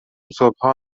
صبحها